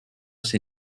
see